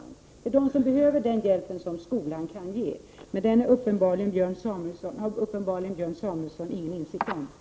Det är dessa barn som behöver den hjälp som skolan kan ge, men detta har Björn Samuelson uppenbarligen ingen insikt om.